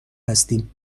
هستیم